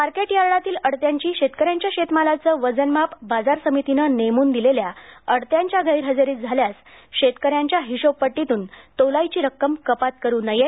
market यार्डातील अडत्यांनी शेतकऱ्यांच्या शेतमालाचे वजनमाप बाजार समितीने नेमून दिलेल्या अडत्यांच्या गैरहजेरीत झाल्यास शेतकऱ्यांच्या हिशोबपट्टीतून तोलाईची रक्कम कपात करू नये